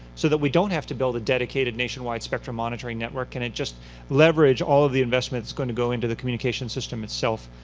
so that we don't have to build a dedicated nationwide spectrum monitoring network? can it just leverage all of the investment that's going to go into the communication system itself?